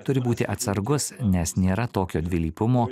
turi būti atsargus nes nėra tokio dvilypumo